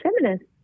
feminist